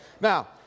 now